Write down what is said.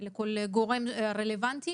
לגורם רלוונטי